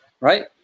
right